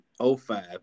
05